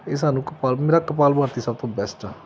ਇਹ ਸਾਨੂੰ ਕਪਾ ਮੇਰਾ ਕਪਾਲ ਭਾਤੀ ਸਭ ਤੋਂ ਬੈਸਟ ਆ